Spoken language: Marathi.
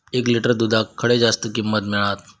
एक लिटर दूधाक खडे जास्त किंमत मिळात?